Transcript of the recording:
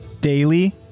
daily